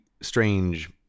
strange